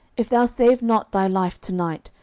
if thou save not thy life to night,